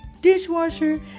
Dishwasher